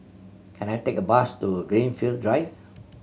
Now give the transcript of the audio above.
can I take a bus to Greenfield Drive